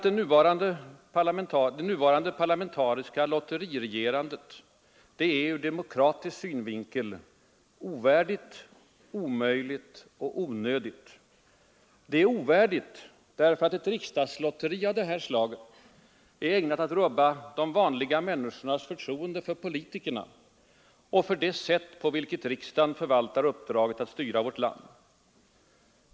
Det nuvarande parlamentariska lotteriregerandet är ur demokratisk synvinkel ovärdigt, omöjligt och onödigt. Det är ovärdigt, därför att ett ”riksdagslotteri” av det här slaget är ägnat att rubba de vanliga människornas förtroende för politikerna och för det sätt på vilket 15 riksdagen förvaltar uppdraget att styra vårt land.